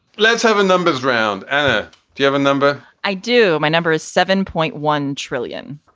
let's have a numbers round. and ah do you have a number? i do. my number is seven point one trillion.